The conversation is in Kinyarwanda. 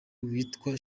witwa